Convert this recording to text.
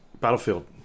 Battlefield